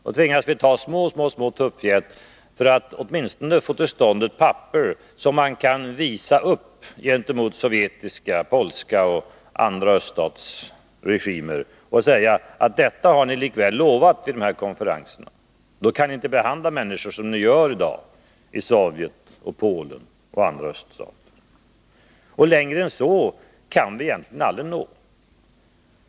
Då tvingas vi ta små små tuppfjät för att åtminstone få till stånd ett papper som man kan visa upp gentemot de sovjetiska och polska regimerna och gentemot andra öststatsregimer och säga att detta har ni likväl lovat vid de här konferenserna. Då kan inte människor behandlas som de i dag behandlas i Sovjet, Polen och andra öststater. Längre än så kan vi egentligen aldrig nå.